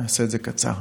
נעשה את זה קצר.